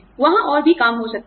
वहां और भी काम हो सकते थे